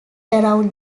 around